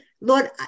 lord